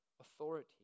authority